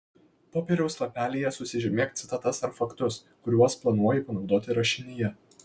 popieriaus lapelyje susižymėk citatas ar faktus kuriuos planuoji panaudoti rašinyje